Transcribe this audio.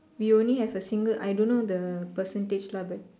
we only have a single I don't know the percentage lah but